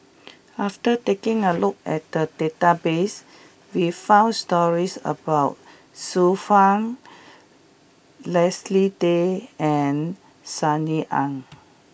after taking a look at the database we found stories about Xiu Fang Leslie Tay and Sunny Ang